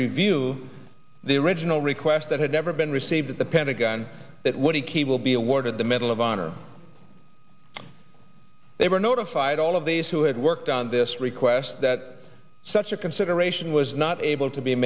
review the original request that had never been received at the pentagon that would be key will be awarded the medal of honor they were notified all of these who had worked on this request that such a consideration was not able to be